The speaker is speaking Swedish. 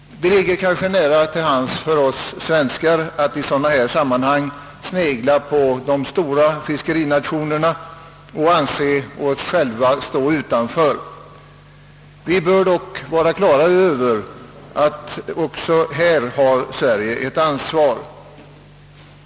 Det ligger kanske nära till hands för oss svenskar att i sådana sammanhang snegla på de stora fiskerinationerna och anse oss själva stå utanför. Vi bör dock vara på det klara med att Sverige har ett ansvar också härvidlag.